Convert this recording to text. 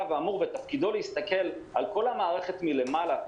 שתפקידו להסתכל על כל המערכת מלמעלה,